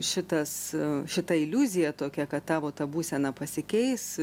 šitas šita iliuzija tokia kad tavo ta būsena pasikeis